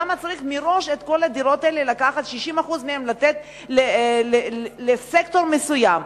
למה צריך מראש לקחת את כל הדירות האלה ולתת 60% מהן לסקטור מסוים?